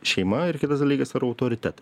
šeima ir kitas dalykas yra autoritet